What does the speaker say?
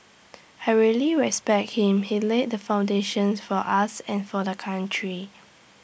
I really respect him he laid the foundation for us and for the country